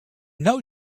know